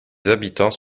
habitants